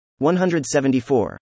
174